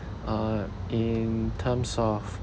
uh in terms of